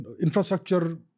infrastructure